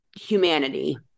humanity